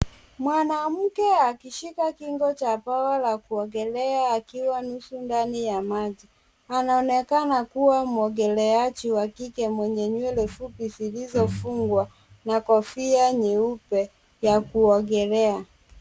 Mwanamke akishikilia kingo cha bawa la kuogelea akiwa nusu ndani ya maji. Anaonekana kuwa mwogeleaji wa kike mwenye nywele fupi zilizofungwa na kofia nyeupe ya kuogelea.